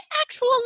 actual